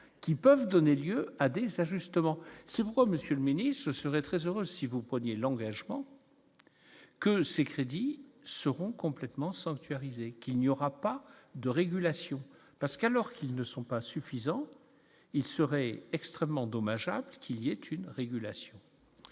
qui peuvent donner lieu à des ajustements c'est pourquoi monsieur le ce serait très heureux si vous prenez l'engagement que ces crédits seront complètement sanctuarisé, qu'il n'y aura pas de régulation parce qu'alors qu'ils ne sont pas suffisants, il serait extrêmement dommageable qu'il y avait une régulation